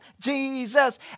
Jesus